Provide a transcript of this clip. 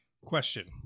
Question